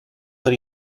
per